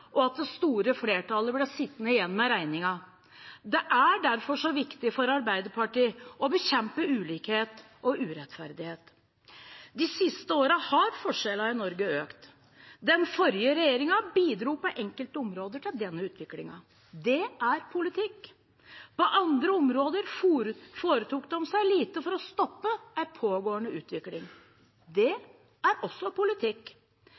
og det store flertallet blir sittende igjen med regningen. Det er derfor så viktig for Arbeiderpartiet å bekjempe ulikhet og urettferdighet. De siste årene har forskjellene i Norge økt. Den forrige regjeringen bidro på enkelte områder til denne utviklingen. Det er politikk. På andre områder foretok den seg lite for å stoppe en pågående utvikling. Det er også politikk.